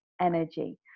energy